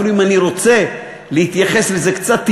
אפילו אם אני רוצה להתייחס לזה קצת,